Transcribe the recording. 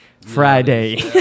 Friday